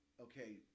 okay